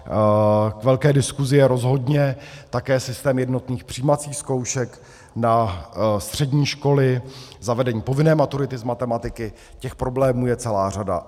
K velké diskusi je rozhodně také systém jednotných přijímacích zkoušek na střední školy, zavedení povinné maturity z matematiky, těch problémů je celá řada.